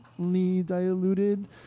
diluted